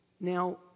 Now